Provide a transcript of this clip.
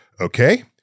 okay